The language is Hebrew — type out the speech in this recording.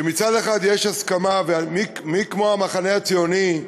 שמצד אחד יש הסכמה, ומי כמו המחנה הציוני,